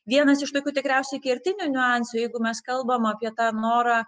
vienas iš tokių tikriausiai kertinių niuansų jeigu mes kalbam apie tą norą